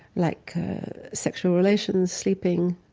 like sexual relations, sleeping,